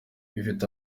ifite